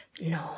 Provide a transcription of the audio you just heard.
No